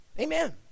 Amen